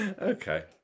Okay